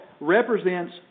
represents